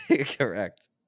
correct